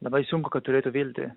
labai sunku kad turėtų viltį